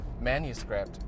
manuscript